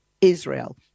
Israel